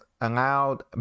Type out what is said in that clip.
allowed